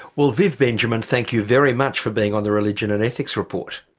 well viv benjamin, thank you very much for being on the religion and ethics report.